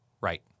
Right